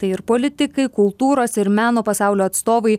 tai ir politikai kultūros ir meno pasaulio atstovai